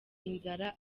inzara